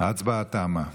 ההצבעה תמה.